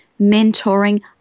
mentoring